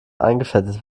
eingefettet